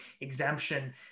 exemption